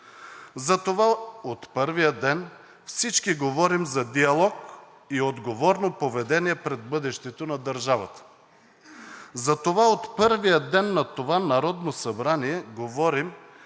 Затова от първия ден всички говорим за диалог и отговорно поведение пред бъдещето на държавата. Затова от първия ден на това Народно събрание говорим